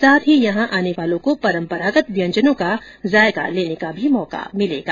साथ ही यहां आने वालों को परांपरागत व्यंजनों का जायका लेने का भी मौका मिलेगा